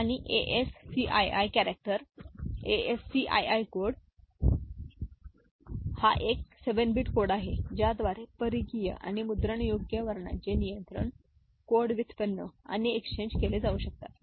आणि ASCII character ASCII code हा एक 7 बिट कोड आहे ज्याद्वारे परिघीय आणि मुद्रणयोग्य वर्णांचे नियंत्रण कोड व्युत्पन्न आणि एक्सचेंज केले जाऊ शकतात